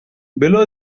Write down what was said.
below